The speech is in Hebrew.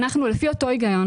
אנחנו לפי אותו היגיון,